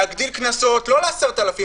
להגדיל קנסות לא ל-10,000,